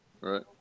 Right